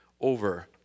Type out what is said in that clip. over